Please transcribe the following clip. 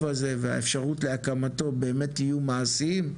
הזה והאפשרות להקמתו באמת יהיו מעשיים,